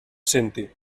senti